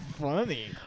funny